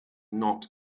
not